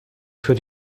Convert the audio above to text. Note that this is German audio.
für